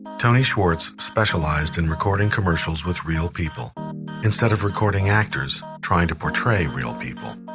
tony schwartz specialized in recording commercials with real people instead of recording actors trying to portray real people.